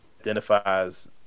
identifies